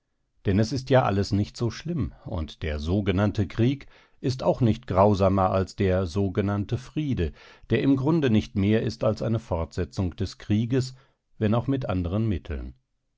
denn es ist ja alles nicht so schlimm und der sogenannte krieg ist auch nicht grausamer als der sogenannte friede der im grunde nicht mehr ist als eine fortsetzung des krieges wenn auch mit andern mitteln